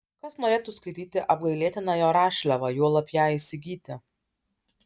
kas norėtų skaityti apgailėtiną jo rašliavą juolab ją įsigyti